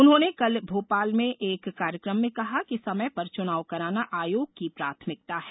उन्होंने कल भोपाल में एक कार्यक्रम में कहा कि समय पर चुनाव कराना आयोग की प्राथमिकता है